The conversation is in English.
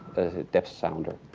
depth sounder.